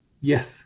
Yes